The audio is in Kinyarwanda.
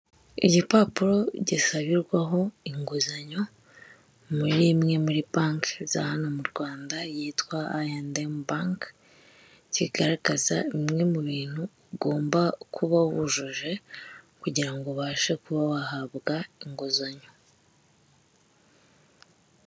Igipapuro gisabirwaho inguzanyo muri imwe muri banki za hano mu Rwanda yitwa ayendemu banki, kigaragaza bimwe mu bintu ugomba kuba wujuje kugira ngo ubashe kuba wahabwa inguzanyo.